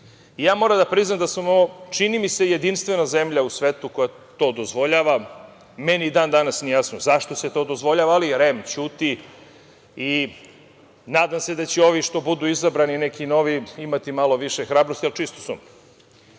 Moram da priznam da smo u ovom čini mi se, jedinstvena zemlja u svetu koja to dozvoljava. Meni ni dan danas nije jasno zašto se to dozvoljava, ali REM ćuti i nadam se da će ovi što budu izabrani i neki novi imati malo više hrabrosti, ali čisto